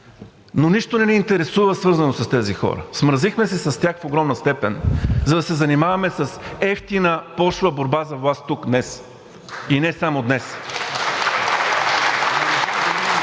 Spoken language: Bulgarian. Но нищо не ни интересува, свързано с тези хора. Смразихме се с тях в огромна степен, за да се занимаваме с евтина, пошла борба за власт тук, днес. И не само днес.